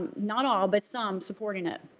not all, but some, supporting it.